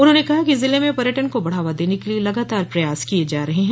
उन्होंने कहा कि जिले में पर्यटन को बढ़ावा देने के लिए लगातार प्रयास किए जा रहे हैं